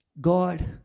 God